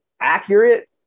accurate